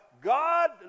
God